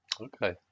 Okay